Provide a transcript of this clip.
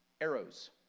arrows